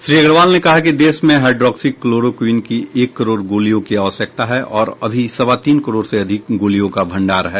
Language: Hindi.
श्री अग्रवाल ने कहा कि देश में हाइड्रोक्सी क्लोरोक्वीन की एक करोड गोलियों की आवश्यकता है और अभी सवा तीन करोड़ से अधिक गोलियों का भण्डार है